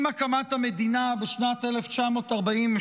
עם הקמת המדינה בשנת 1948,